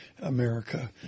America